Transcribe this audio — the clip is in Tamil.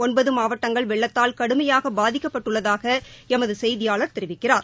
ஒன்பது மாவட்டங்கள் வெள்ளத்தால் கடுமையாக பாதிக்கப்பட்டுள்ளதாக எமது செய்தியாளர் தெரிவிக்கிறார்